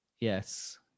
Yes